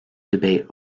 debate